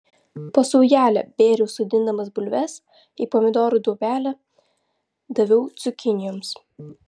po saujelę bėriau sodindamas bulves į pomidorų duobelę daviau cukinijoms